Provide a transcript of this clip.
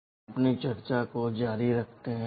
हम अपनी चर्चा जारी रखते हैं